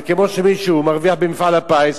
זה כמו שמישהו מרוויח במפעל הפיס,